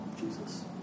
Jesus